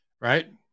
Right